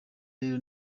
rero